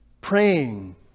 praying